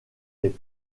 les